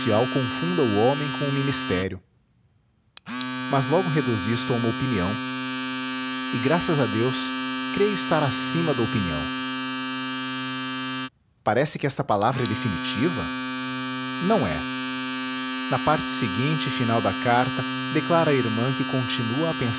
confunda o homem com o ministério mas logo reduz isto a uma opinião e graças a deus creio estar acima da opinião parece que esta palavra é definitiva não é na parte seguinte e final da carta declara à irmã que continua